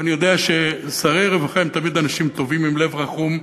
ואני יודע ששרי רווחה הם תמיד אנשים טובים עם לב רחום.